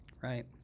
Right